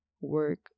work